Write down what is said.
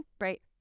Right